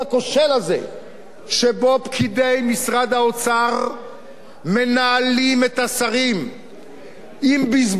שבו פקידי משרד האוצר מנהלים את השרים עם בזבוזים אדירים בהוצאות,